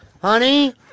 Honey